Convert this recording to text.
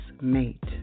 Mate